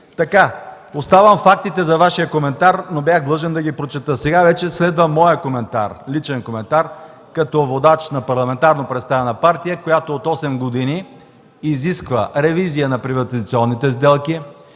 цитата. Оставям фактите за Вашия коментар, но бях длъжен да ги прочета. Сега вече следва моят личен коментар като водач на парламентарно представена партия, която от осем години изисква ревизия на приватизационните сделки;